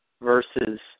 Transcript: versus